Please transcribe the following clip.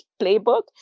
playbook